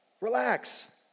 Relax